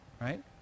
right